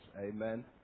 Amen